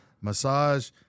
massage